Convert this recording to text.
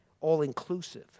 all-inclusive